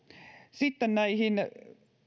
sitten näihin